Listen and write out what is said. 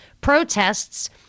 protests